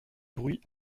bruit